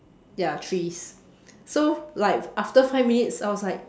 ya trees so like after five minutes I was like